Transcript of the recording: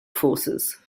forces